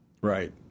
Right